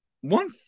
One